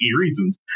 reasons